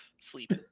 sleep